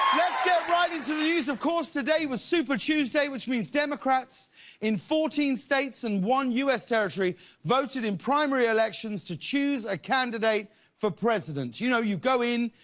let's get right into the news. of course, today was super tuesday, which means democrats in fourteen stat and one u s. territory voted in primary elections to choose a candidate for president. you know you go in,